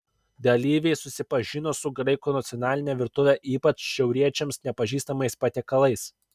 dalyviai susipažino su graikų nacionaline virtuve ypač šiauriečiams nepažįstamais patiekalais